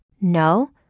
No